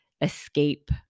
escape